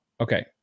Okay